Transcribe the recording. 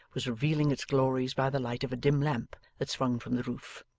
was revealing its glories by the light of a dim lamp that swung from the roof.